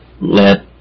let